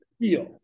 feel